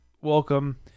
welcome